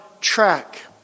track